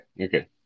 Okay